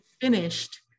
finished